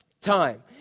time